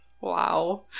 Wow